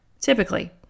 typically